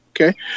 Okay